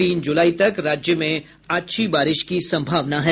तीन जुलाई तक राज्य में अच्छी बारिश की संभावना है